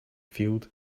field